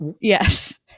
yes